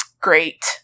great